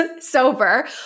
sober